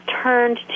turned